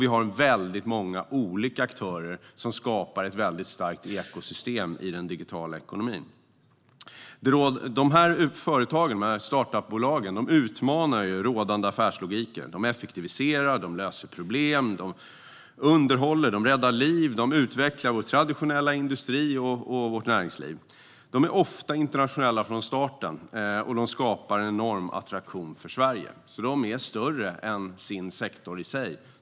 Vi har också många olika aktörer som skapar ett starkt ekosystem i den digitala ekonomin. Dessa startup-bolag utmanar rådande affärslogik. De effektiviserar, de löser problem, de underhåller, de räddar liv och de utvecklar vår traditionella industri och vårt näringsliv. De är ofta internationella från starten och skapar en enorm attraktion för Sverige. De är större än sin sektor i sig.